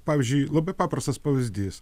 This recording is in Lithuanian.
pavyzdžiui labai paprastas pavyzdys